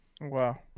Wow